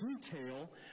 detail